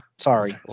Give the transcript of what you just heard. Sorry